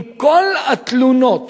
עם כל התלונות